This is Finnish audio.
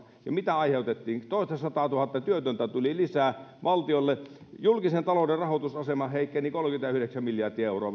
mitä aiheutettiin toistasataatuhatta työtöntä tuli lisää valtiolle ja julkisen talouden rahoitusasema heikkeni kolmekymmentäyhdeksän miljardia euroa